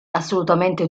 assolutamente